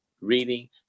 reading